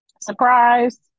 Surprise